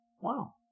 wow